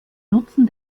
nutzen